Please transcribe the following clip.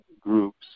groups